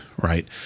right